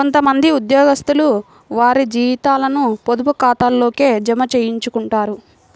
కొంత మంది ఉద్యోగస్తులు వారి జీతాలను పొదుపు ఖాతాల్లోకే జమ చేయించుకుంటారు